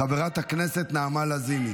חברת הכנסת נעמה לזימי,